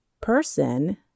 person